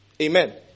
Amen